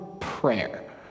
prayer